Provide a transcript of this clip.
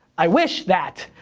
i wish that.